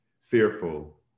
fearful